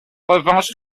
revanche